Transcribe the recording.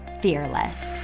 fearless